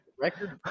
record